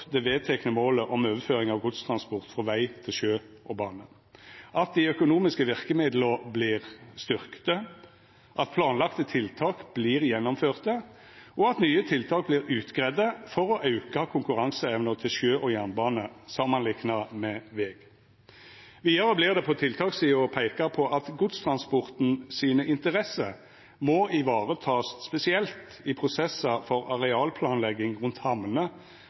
det vedtekne målet om overføring av godstransport frå veg til sjø og bane, at dei økonomiske verkemidla vert styrkte, at planlagde tiltak vert gjennomførte, og at nye tiltak vert greidde ut, for å auka konkurranseevna til sjø og jernbane samanlikna med veg. Vidare vert det på tiltakssida peika på at godstransporten sine interesser må varetakast spesielt i prosessar for arealplanlegging rundt hamner